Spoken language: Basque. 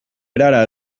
erara